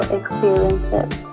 experiences